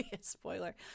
spoiler